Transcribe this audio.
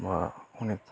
बा अनेख